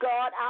God